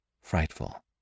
frightful